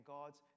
God's